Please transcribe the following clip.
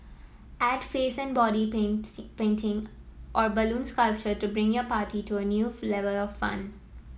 add face and body painting or balloon sculpture to bring your party to a new of fun